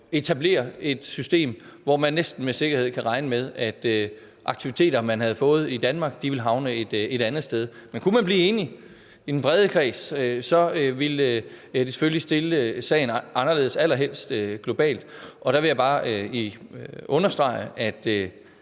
etablere et system, hvor man næsten med sikkerhed kan regne med, at aktiviteter, man havde fået i Danmark, vil havne et andet sted. Men kunne man blive enig i den brede kreds, allerhelst globalt, ville det selvfølgelig stille sagen anderledes. Der vil jeg bare understrege, at